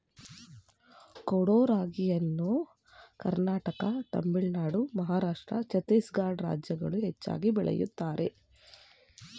ಕೊಡೋ ರಾಗಿಯನ್ನು ಕರ್ನಾಟಕ ತಮಿಳುನಾಡು ಮಹಾರಾಷ್ಟ್ರ ಛತ್ತೀಸ್ಗಡ ರಾಜ್ಯಗಳು ಹೆಚ್ಚಾಗಿ ಬೆಳೆಯುತ್ತದೆ